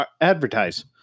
advertise